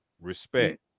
respect